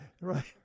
right